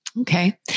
Okay